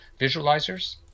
visualizers